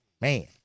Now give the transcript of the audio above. Man